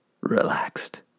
relaxed